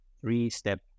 three-step